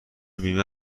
بیمه